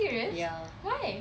ya